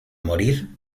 morir